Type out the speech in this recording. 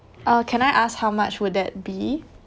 uh can I ask how much would that be